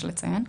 יש לציין,